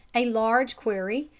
a large quarry,